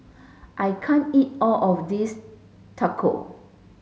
I can't eat all of this Taco